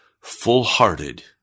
full-hearted